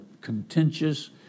contentious